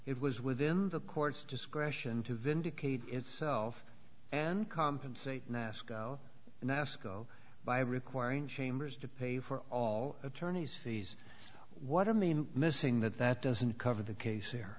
it was within the court's discretion to vindicate itself and compensate nasco nasco by requiring chambers to pay for all attorney's fees what i mean missing that that doesn't cover the case here